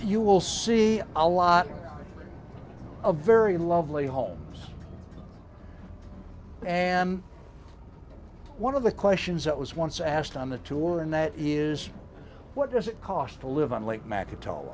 you will see a lot of very lovely homes and one of the questions that was once asked on the tour and that is what does it cost to live on late macintosh